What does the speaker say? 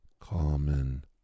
common